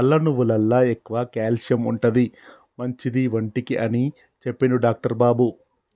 నల్ల నువ్వులల్ల ఎక్కువ క్యాల్షియం ఉంటది, మంచిది ఒంటికి అని చెప్పిండు డాక్టర్ బాబు